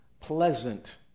pleasant